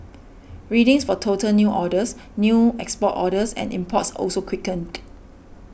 readings for total new orders new export orders and imports also quickened